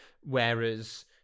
Whereas